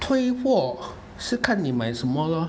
退货是看你买什么咯